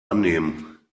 annehmen